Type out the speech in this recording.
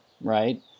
Right